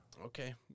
Okay